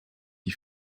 die